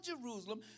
jerusalem